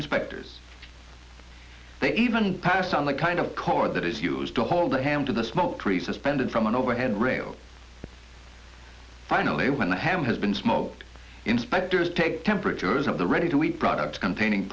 inspectors they even pass on the kind of cord that is used to hold a hand to the small tree suspended from an overhead rail finally when the hammer has been smoked inspectors take temperatures of the ready to eat products containing